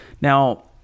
now